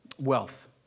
wealth